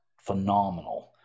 phenomenal